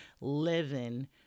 living